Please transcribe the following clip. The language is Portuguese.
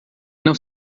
não